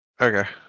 Okay